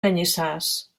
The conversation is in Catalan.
canyissars